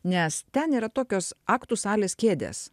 nes ten yra tokios aktų salės kėdės